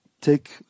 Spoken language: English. take